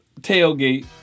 tailgate